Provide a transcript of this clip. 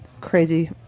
crazy